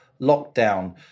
lockdown